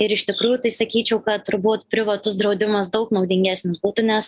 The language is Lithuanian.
ir iš tikrųjų tai sakyčiau kad turbūt privatus draudimas daug naudingesnis būtų nes